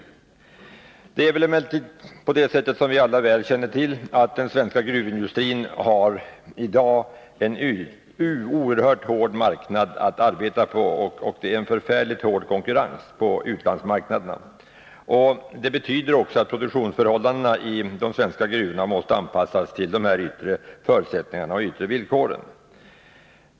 Som vi alla väl känner till har emellertid den svenska gruvindustrin i dag en oerhört hård marknad att arbeta med. Det är en förfärligt hård konkurrens på utlandsmarknaderna. Detta betyder också att produktionsförhållandena i de svenska gruvorna måste anpassas till dessa yttre förutsättningar och villkor.